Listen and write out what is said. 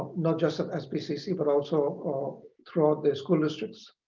not just as sbcc but also throughout the school districts.